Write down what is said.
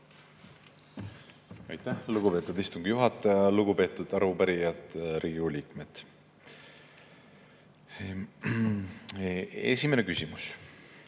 Aitäh, lugupeetud istungi juhataja! Lugupeetud arupärijad! Riigikogu liikmed! Esimene küsimus: